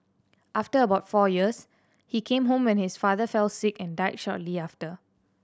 after about four years he came home when his father fell sick and died shortly after